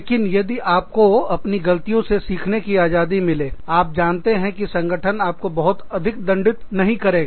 लेकिन यदि आपको अपनी ग़लतियों से सीखने की आजादी मिलेआप जानते हैं कि संगठन आपको बहुत अधिक दंडित नहीं करेगा